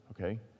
okay